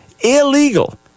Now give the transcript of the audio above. illegal